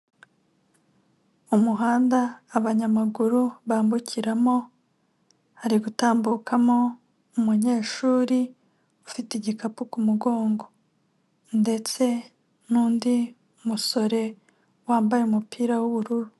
Umuhanda abanyamaguru bambukiramo, hari gutambukamo umunyeshuri ufite igikapu ku mugongo ndetse n'undi musore wambaye umupira w'ubururu.